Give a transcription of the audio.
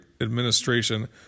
Administration